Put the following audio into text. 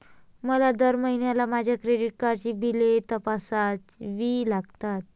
मला दर महिन्याला माझ्या क्रेडिट कार्डची बिले तपासावी लागतात